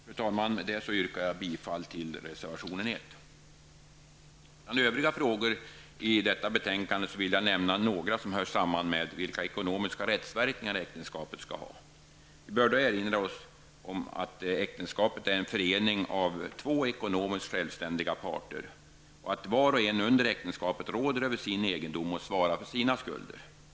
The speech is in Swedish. Jag vill yrka bifall till reservation 1. Bland övriga frågor i detta betänkande vill jag nämna några som hör samman med vilka ekonomiska rättsverkningar äktenskapet skall ha. Vi bör då erinra oss att äktenskapet är en förening av två ekonomiskt självständiga parter, och att var och en under äktenskapet råder över sin egendom och svarar för sina skulder.